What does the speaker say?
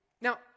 Now